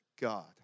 God